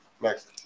Next